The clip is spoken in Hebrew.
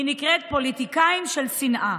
היא נקראת פוליטיקאים של שנאה.